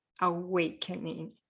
awakening